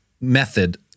method